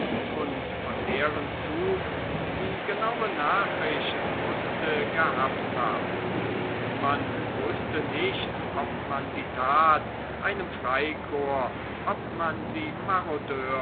und von deren zug sie genaue nachricht mußte gehabt haben man wußte nicht ob man die tat einem freikorps ob man sie marodeurs